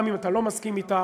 גם אם אתה לא מסכים אתי.